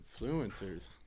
Influencers